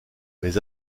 mais